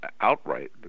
outright